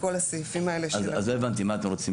בכל הסעיפים האלה --- לא הבנתי מה אתם רוצים